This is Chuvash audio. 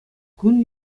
кун